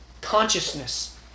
consciousness